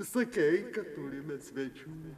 sakei kad turime svečių